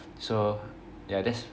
so yeah that's